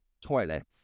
toilets